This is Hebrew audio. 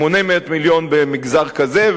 800 מיליון במגזר כזה,